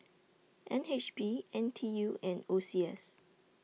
N H B N T U and O C S